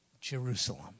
Jerusalem